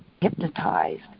hypnotized